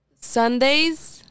Sundays